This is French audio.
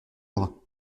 bras